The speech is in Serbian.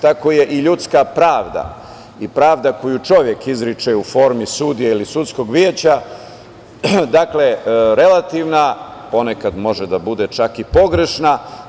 Tako je i ljudska pravda i pravda koju čovek izriče u formi sudije ili sudskog veća, relativna, ponekad može da bude čak i pogrešna.